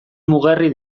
mugarri